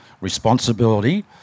responsibility